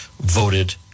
voted